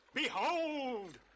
Behold